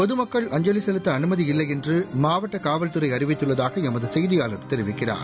பொதுமக்கள் அஞ்சலி செலுத்த அனுமதி இல்லை என்று மாவட்ட காவல்துறை அறிவித்துள்ளதாக எமது செய்தியாளர் தெரிவிக்கிறார்